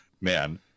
Man